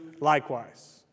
likewise